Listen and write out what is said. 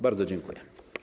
Bardzo dziękuję.